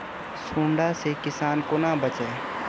सुंडा से किसान कोना बचे?